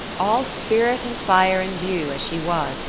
all spirit and fire and dew, as she was,